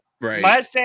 Right